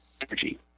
energy